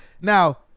now